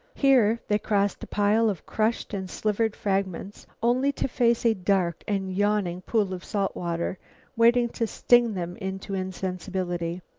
here they crossed a pile of crushed and slivered fragments only to face a dark and yawning pool of salt water waiting to sting them into insensibility.